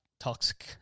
Toxic